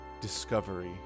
discovery